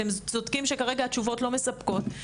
אתם צודקים שכרגע התשובות לא מספקות.